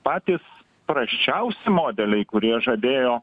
patys prasčiausi modeliai kurie žadėjo